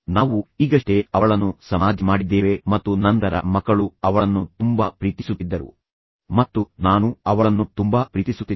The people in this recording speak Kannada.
ನಾವು ಈಗಷ್ಟೇ ಅವಳನ್ನು ಸಮಾಧಿ ಮಾಡಿದ್ದೇವೆ ಮತ್ತು ನಂತರ ಮಕ್ಕಳು ಅವಳನ್ನು ತುಂಬಾ ಪ್ರೀತಿಸುತ್ತಿದ್ದರು ಮತ್ತು ನಾನು ಅವಳನ್ನು ತುಂಬಾ ಪ್ರೀತಿಸುತ್ತಿದ್ದೆ